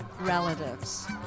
relatives